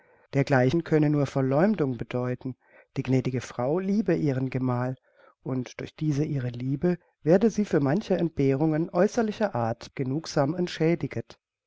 dergleichen könne nur verleumdung behaupten die gnädige frau liebe ihren gemal und durch diese ihre liebe werde sie für manche entbehrungen äußerlicher art genugsam entschädiget